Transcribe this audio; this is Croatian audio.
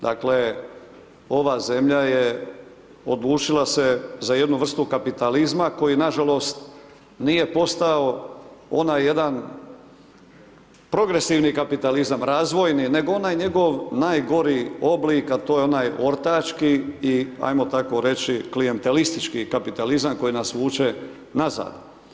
Dakle ova zemlja je odlučila se za jednu vrstu kapitalizma koji nažalost nije postao onaj jedan progresivni kapitalizam, razvojni nego onaj njegov najgori oblik a to je onaj ortački i ajmo tako reći klijentelistički kapitalizam koji nas vuče nazad.